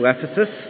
Ephesus